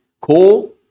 call